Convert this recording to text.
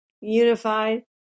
unified